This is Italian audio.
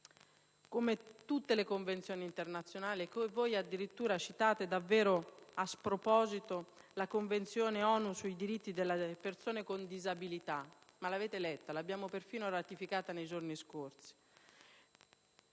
come tutte le convenzioni internazionali. Voi addirittura citate, davvero a sproposito, la Convenzione ONU sui diritti delle persone con disabilità. Ma l'avete letta? L'abbiamo persino ratificata nei giorni scorsi.